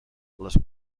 les